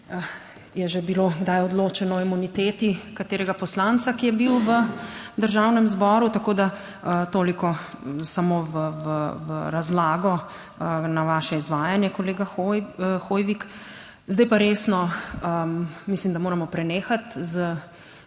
je že bilo kdaj odločeno o imuniteti katerega poslanca, ki je bil v Državnem zboru. Tako da toliko samo v razlago na vaše izvajanje, kolega Hoivik. Zdaj pa resno, mislim, da moramo prenehati